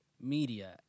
media